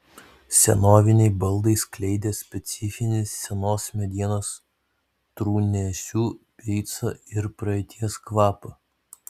senoviniai baldai skleidė specifinį senos medienos trūnėsių beico ir praeities kvapą